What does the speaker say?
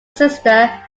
sister